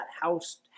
house